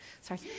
sorry